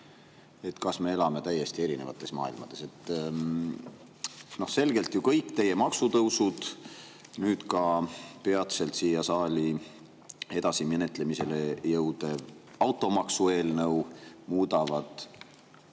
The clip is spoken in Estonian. kas me elame täiesti erinevates maailmades. Kõik teie maksutõusud ja ka peatselt siia saali edasi menetlemiseks jõudev automaksueelnõu muudavad